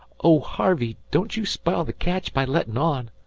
oh, harvey, don't you spile the catch by lettin' on.